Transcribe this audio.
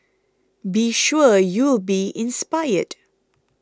be sure you'll be inspired